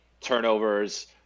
turnovers